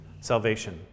Salvation